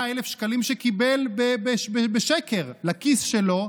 100,000 שקלים שקיבל בשקר לכיס שלו,